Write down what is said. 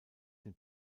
den